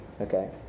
okay